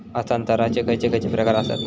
हस्तांतराचे खयचे खयचे प्रकार आसत?